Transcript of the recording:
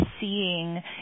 seeing